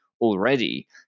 already